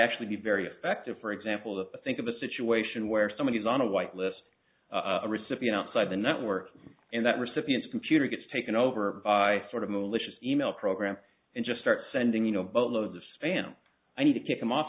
actually be very effective for example think of a situation where someone is on a white list a recipient outside the network and that recipients computer gets taken over by sort of malicious email program and just start sending you know boatloads of spam i need to keep them off